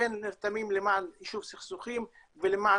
כן נרתמים למען יישוב סכסוכים ולמען